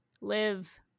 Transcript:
live